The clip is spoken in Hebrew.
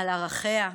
על ערכיה,